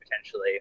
potentially